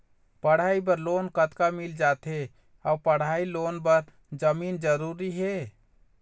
पढ़ई बर लोन कतका मिल जाथे अऊ पढ़ई लोन बर जमीन जरूरी हे?